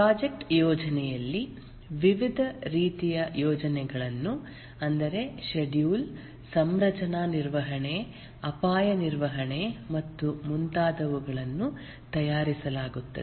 project ಯೋಜನೆಯಲ್ಲಿ ವಿವಿಧ ರೀತಿಯ ಯೋಜನೆಗಳನ್ನು ಅಂದರೆ ಷೆಡ್ಯೂಲ್ ಸಂರಚನಾ ನಿರ್ವಹಣೆ ಅಪಾಯ ನಿರ್ವಹಣೆ ಮತ್ತು ಮುಂತಾದವುಗಳನ್ನು ತಯಾರಿಸಲಾಗುತ್ತದೆ